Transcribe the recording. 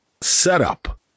setup